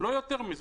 לא יותר מזה.